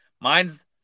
Mine's